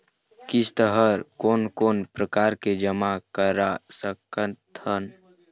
किस्त हर कोन कोन प्रकार से जमा करा सकत हन?